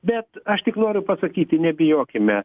bet aš tik noriu pasakyti nebijokime